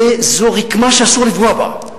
זו רקמה שאסור לפגוע בה.